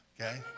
okay